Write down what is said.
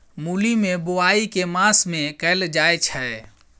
मूली केँ बोआई केँ मास मे कैल जाएँ छैय?